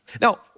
Now